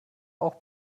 auch